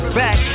back